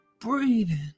breathing